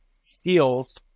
steals